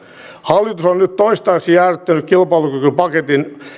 hallitus on nyt toistaiseksi jäädyttänyt kilpailukykypaketin